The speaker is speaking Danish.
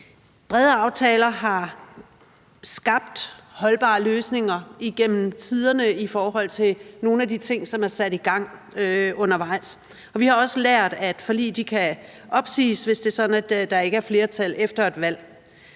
Brede aftaler har skabt holdbare løsninger igennem tiderne i forhold til nogle af de ting, som er sat i gang undervejs, og vi har også lært, at et forlig kan opsiges, hvis det er sådan, at der